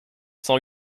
cent